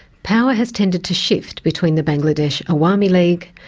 power has tended to shift between the bangladesh awami league,